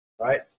right